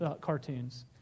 cartoons